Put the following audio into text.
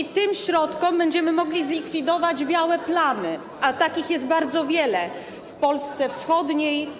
Dzięki tym środkom będziemy mogli zlikwidować białe plamy, a takich plam jest bardzo wiele w Polsce wschodniej.